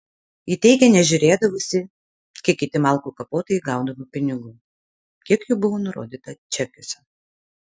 ji teigė nežiūrėdavusi kiek kiti malkų kapotojai gaudavo pinigų kiek jų buvo nurodyta čekiuose